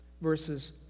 verses